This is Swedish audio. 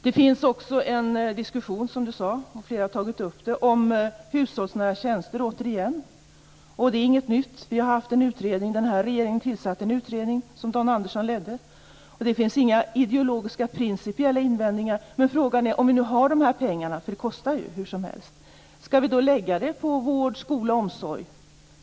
Det finns också en diskussion om hushållsnära tjänster, som flera här har tagit upp. Det är inget nytt. Den här regeringen tillsatte en utredningkring detta, som Dan Andersson ledde. Det finns inga ideologiska eller principiella invändningar. Men frågan är: Om vi nu har de här pengarna - det blir ju under alla förhållanden en kostnad - skall vi lägga dem på vård, skola och omsorg?